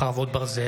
חרבות ברזל),